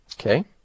okay